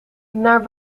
naar